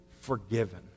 forgiven